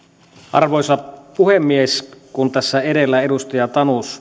arvoisa puhemies kun tässä edellä edustaja tanus